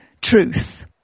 truth